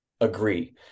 agree